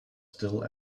still